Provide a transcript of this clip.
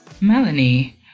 Melanie